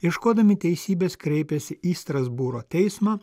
ieškodami teisybės kreipėsi į strasbūro teismą